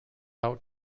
out